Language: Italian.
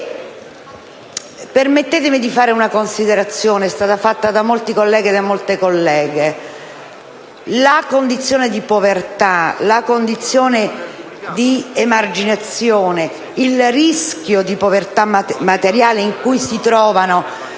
Permettetemi di fare una considerazione, che è stata fatta anche da molti colleghi e da molte colleghe: la condizione di povertà e di emarginazione, il rischio di povertà materiale in cui si trovano